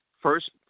first